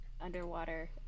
underwater